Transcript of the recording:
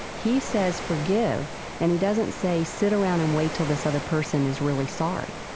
he says forgive and he doesn't say, sit around and wait till this other person is really sorry.